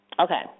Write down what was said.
Okay